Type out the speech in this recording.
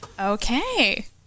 Okay